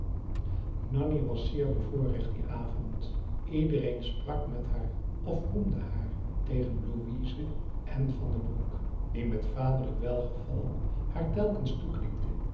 nanni was zeer bevoorrecht dien avond iedereen sprak met haar of roemde haar tegen louise en van den broek die met vaderlijk welgevallen haar telkens toeknikte